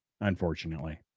unfortunately